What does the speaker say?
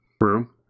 room